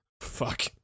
fuck